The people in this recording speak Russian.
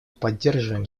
поддерживаем